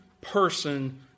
person